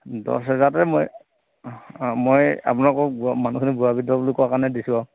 দহ হেজাৰতে মই মই আপোনালোকক মানুহখিনি বুঢ়া বৃদ্ধ বুলি কোৱা কাৰণে দিছোঁ আৰু